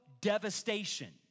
devastation